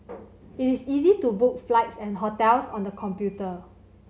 it is easy to book flights and hotels on the computer